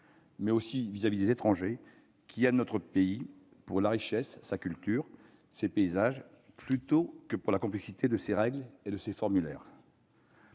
mais aussi envers les étrangers, qui aiment notre pays pour la richesse de sa culture et de ses paysages plutôt que pour la complexité de ses règles et de ses formulaires.